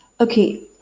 Okay